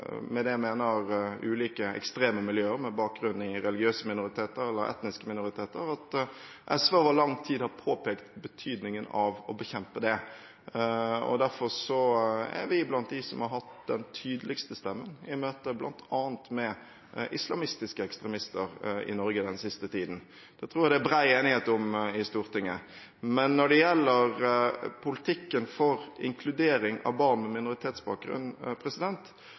med det mener ulike ekstreme miljøer med bakgrunn i religiøse minoriteter eller etniske minoriteter, at SV over lang tid har påpekt betydningen av å bekjempe det. Derfor er vi blant dem som har den tydeligste stemmen i møte med bl.a. islamistiske ekstremister i Norge den siste tiden. Det tror jeg det er bred enighet om i Stortinget. Når det gjelder politikken for inkludering av barn med minoritetsbakgrunn,